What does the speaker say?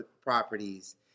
properties